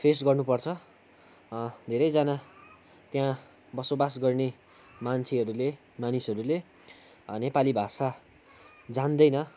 face गर्नु पर्छ धेरैजना त्यहाँ बसोबास गर्ने मान्छेहरूले मानिसहरूले नेपाली भाषा जान्दैन